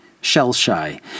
shell-shy